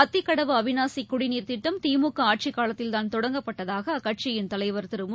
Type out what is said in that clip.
அத்திக்கடவு அவினாசி குடிநீர் திட்டம் திமுக ஆட்சிக்காலத்தில்தான் தொடங்கப்பட்டதாக அக்கட்சியின் தலைவர் திரு மு